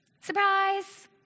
surprise